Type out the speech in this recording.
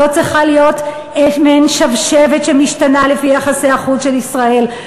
היא לא צריכה להיות מעין שבשבת שמשתנה לפי יחסי החוץ של ישראל,